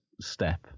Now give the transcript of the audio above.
step